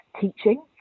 teaching